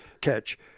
catch